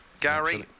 Gary